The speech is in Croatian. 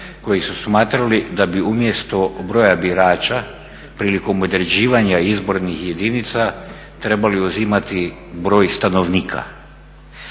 koji su smatrali da bi umjesto broja birača prilikom određivanja izbornih jedinica trebali uzimati broj stanovnika.